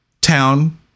town